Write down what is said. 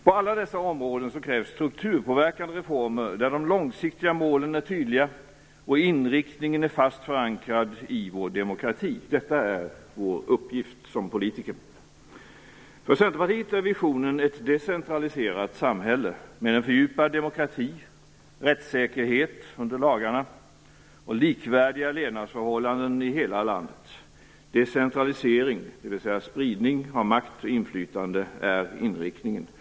På alla dessa områden krävs strukturpåverkande reformer, där de långsiktiga målen är tydliga och inriktningen är fast förankrad i vår demokrati. Detta är vår uppgift som politiker. För Centerpartiet är visionen ett decentraliserat samhälle, med en fördjupad demokrati, rättssäkerhet under lagarna och likvärdiga levnadsförhållanden i hela landet. Decentralisering, dvs. spridning av makt och inflytande är inriktningen.